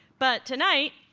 but tonight,